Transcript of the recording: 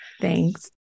Thanks